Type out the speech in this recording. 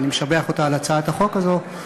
ואני משבח אותה על הצעת החוק הזאת,